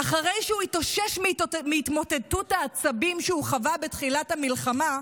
אחרי שהוא התאושש מהתמוטטות העצבים שהוא חווה בתחילת המלחמה,